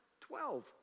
Twelve